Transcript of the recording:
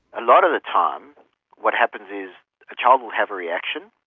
a lot of the time what happens is a child will have a reaction,